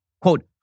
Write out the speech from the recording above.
quote